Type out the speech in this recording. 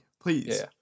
Please